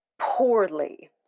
Poorly